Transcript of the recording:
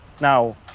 Now